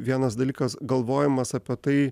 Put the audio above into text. vienas dalykas galvojimas apie tai